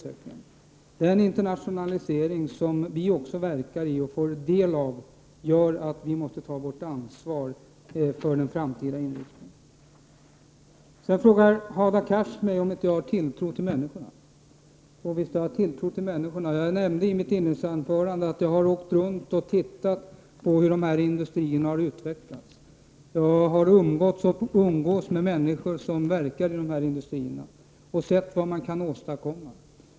Den internationalisering vi också verkar i och får del av gör att vi måste ta vårt ansvar för den framtida inriktningen. Hadar Cars frågade om jag inte har tilltro till människorna. Visst har jag tilltro till människorna. Jag nämnde i mitt inledningsanförande att jag har åkt runt och tittat på hur dessa industrier har utvecklats. Jag har umgåtts och umgås med människor som verkar inom dessa industrier, och jag har sett vad man kan åstadkomma.